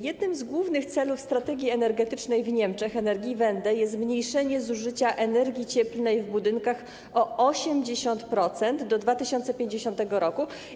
Jednym z głównych celów strategii energetycznej w Niemczech, Energiewende, jest zmniejszenie zużycia energii cieplnej w budynkach o 80% do 2050 r.